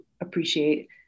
appreciate